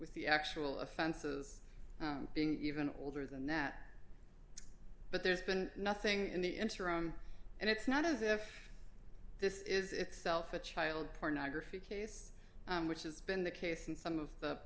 with the actual offenses being even older than that but there's been nothing in the interim and it's not as if this is itself a child pornography case which has been the case in some of the